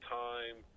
time